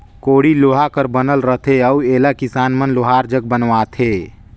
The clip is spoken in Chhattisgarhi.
कोड़ी लोहा कर बनल रहथे अउ एला किसान मन लोहार जग बनवाथे